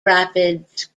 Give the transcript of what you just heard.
rapids